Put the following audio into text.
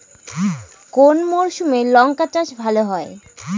কোন মরশুমে লঙ্কা চাষ ভালো হয়?